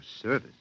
service